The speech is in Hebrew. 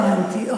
הבנתי.